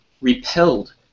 repelled